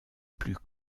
plus